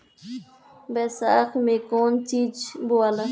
बैसाख मे कौन चीज बोवाला?